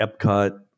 Epcot